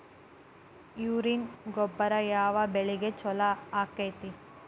Urea ಗೊಬ್ಬರ ಯಾವ ಬೆಳಿಗೆ ಛಲೋ ಆಕ್ಕೆತಿ?